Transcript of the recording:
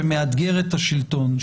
שמאתגר את השלטון,